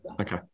Okay